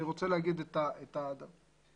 אני רוצה להגיד מה הסיפור.